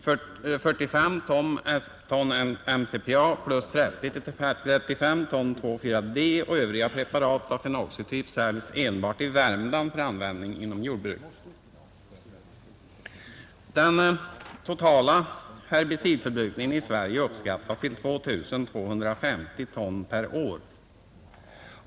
45 ton MCPA plus 30—35 ton 2,4—D och övriga preparat av fenoxisyretyp säljs enbart i Värmland för användning inom jordbruket. Den totala herbicidförbrukningen i Sverige uppskattas till 2 250 ton per år.